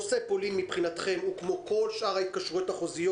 נושא פולין מבחינתכם הוא כמו כל שאר ההתקשרויות החוזיות.